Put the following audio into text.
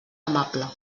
amable